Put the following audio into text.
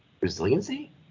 resiliency